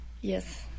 Yes